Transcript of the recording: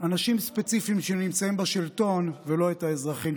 אנשים ספציפיים שנמצאים בשלטון, ולא את האזרחים.